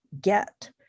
get